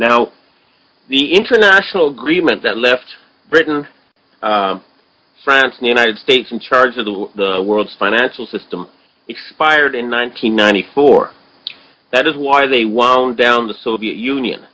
now the international agreement that left britain france the united states in charge of the world's financial system expired in nineteen ninety four that is why they wound down the soviet union